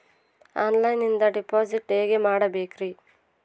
ಆನ್ಲೈನಿಂದ ಡಿಪಾಸಿಟ್ ಹೇಗೆ ಮಾಡಬೇಕ್ರಿ?